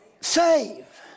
Save